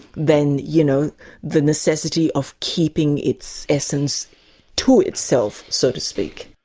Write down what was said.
than you know the necessity of keeping its essence to itself, so to speak.